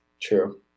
True